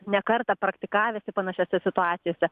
ne kartą praktikavęsi panašiose situacijose